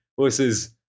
versus